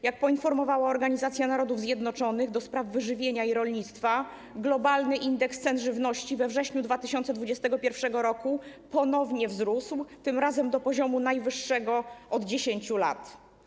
Jak poinformowała Organizacja Narodów Zjednoczonych do spraw Wyżywienia i Rolnictwa, globalny indeks cen żywności we wrześniu 2021 r. ponownie wzrósł, tym razem do poziomu najwyższego od 10 lat.